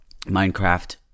Minecraft